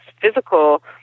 physical